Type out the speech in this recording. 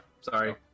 sorry